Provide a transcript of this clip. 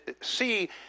see